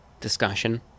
discussion